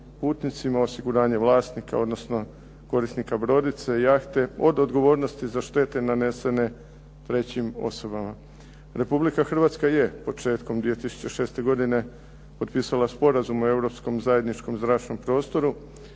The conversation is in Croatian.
putnicima, osiguranje vlasnika, odnosno korisnika brodice, jahte od odgovornosti za štete nanesene trećim osobama. Republika Hrvatska je početkom 2006. godine potpisala Sporazum o europskom zajedničkom zračnom prostoru